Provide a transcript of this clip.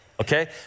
okay